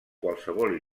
qualsevol